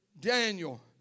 Daniel